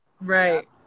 Right